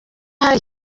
hari